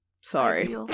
Sorry